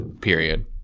period